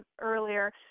earlier